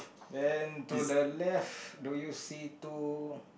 then to the left do you see two